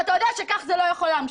ואתה יודע שכך זה לא יכול להמשיך,